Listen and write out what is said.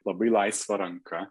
labai laisva ranka